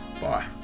Bye